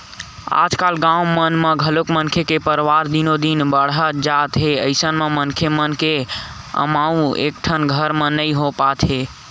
आजकाल गाँव मन म घलोक मनखे के परवार दिनो दिन बाड़हत जात हे अइसन म मनखे मन के अमाउ ह एकेठन घर म नइ हो पात हे